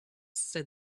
said